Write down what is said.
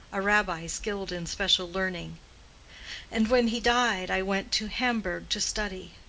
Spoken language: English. a rabbi skilled in special learning and when he died i went to hamburg to study,